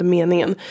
meningen